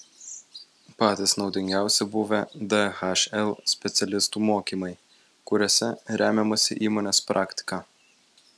patys naudingiausi buvę dhl specialistų mokymai kuriuose remiamasi įmonės praktika